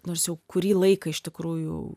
nors jau kurį laiką iš tikrųjų